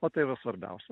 o tai yra svarbiausia